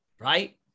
right